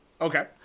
Okay